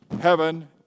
heaven